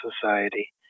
society